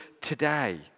today